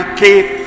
keep